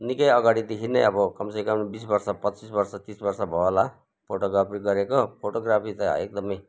निकै अगाडिदेखि नै अब कम से कम बिस वर्ष पच्चिस बर्ष तिस वर्ष भयो होला फोटोग्राफी गरेको फोटोग्राफी त एकदमै